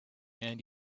and